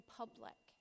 public